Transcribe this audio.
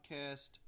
Podcast